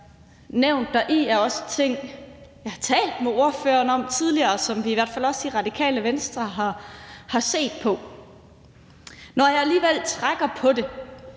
nævnt heri, er også ting, jeg har talt med ordføreren om tidligere, og som vi i Radikale Venstre i hvert fald også har set på. Når jeg alligevel trækker på det,